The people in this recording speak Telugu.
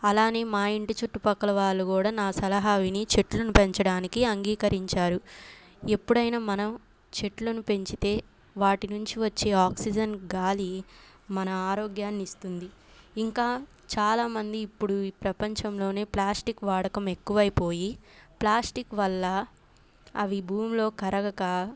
అలానే మా ఇంటి చుట్టుపక్కల వాళ్ళు కూడా నా సలహాను విని చెట్లును పెంచడానికి అంగీకరించారు ఎప్పుడైనా మనం చెట్లను పెంచితే వాటి నుంచి వచ్చే ఆక్సిజన్ గాలి మన ఆరోగ్యాన్ని ఇస్తుంది ఇంకా చాలా మంది ఇప్పుడు ఈ ప్రపంచంలోనే ప్లాస్టిక్ వాడకం ఎక్కువైపోయి ప్లాస్టిక్ వల్ల అవి భూమిలో కరగక